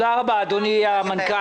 תודה רבה, אדוני המנכ"ל.